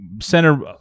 center